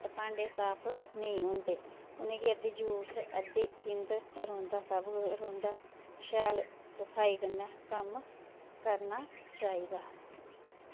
भांडे साफ नेंई होंदे उनेंगी अध्दी जूठ अध्दी थिंद रौंह्दा सब रौंह्दा शैल सफाई कन्नै कम्म करना चाही दा